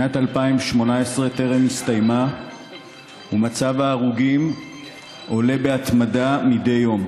שנת 2018 טרם הסתיימה ומצבת ההרוגים עולה בהתמדה מדי יום.